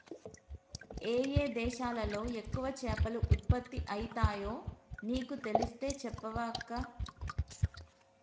ఏయే దేశాలలో ఎక్కువ చేపలు ఉత్పత్తి అయితాయో నీకు తెలిస్తే చెప్పవ అక్కా